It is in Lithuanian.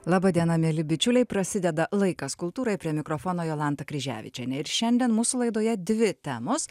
laba diena mieli bičiuliai prasideda laikas kultūrai prie mikrofono jolanta kryževičienė ir šiandien mūsų laidoje dvi temos